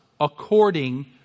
according